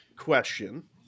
Question